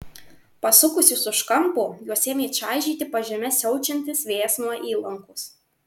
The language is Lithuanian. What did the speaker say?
pasukusius už kampo juos ėmė čaižyti pažeme siaučiantis vėjas nuo įlankos